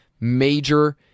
major